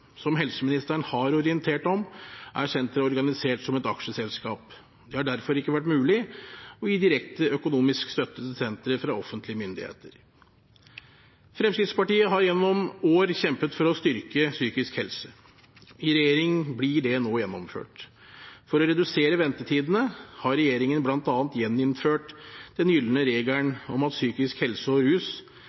Som helseministeren har orientert om, er senteret organisert som et aksjeselskap. Det har derfor ikke vært mulig å gi direkte økonomisk støtte til senteret fra offentlige myndigheter. Fremskrittspartiet har gjennom år kjempet for å styrke psykisk helse. I regjering blir det nå gjennomført. For å redusere ventetidene har regjeringen bl.a. gjeninnført den gylne regelen om at psykisk helse og rus